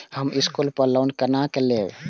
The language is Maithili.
हम स्कूल पर लोन केना लैब?